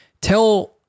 tell